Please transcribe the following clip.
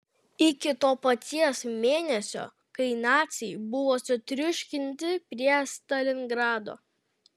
iki to paties mėnesio kai naciai buvo sutriuškinti prie stalingrado